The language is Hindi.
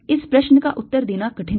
इस प्रश्न का उत्तर देना कठिन होगा